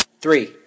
Three